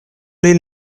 lin